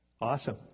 Awesome